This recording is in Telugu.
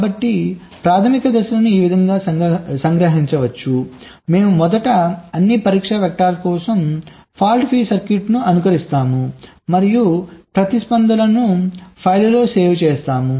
కాబట్టి ప్రాథమిక దశలను ఈ విధంగా సంగ్రహించవచ్చు మేము మొదట అన్ని పరీక్ష వెక్టర్స్ కోసం ఫాల్ట్ ఫ్రీ సర్క్యూట్ను అనుకరిస్తాము మరియు ప్రతిస్పందనలను ఫైల్లో సేవ్ చేస్తాము